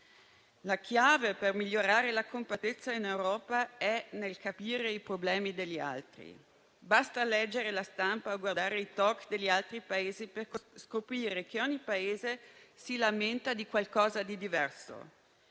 La chiave per migliorare la compattezza in Europa è nel capire i problemi degli altri. Basta leggere la stampa o guardare i *talk show* degli altri Paesi per scoprire che ogni Paese si lamenta di qualcosa di diverso.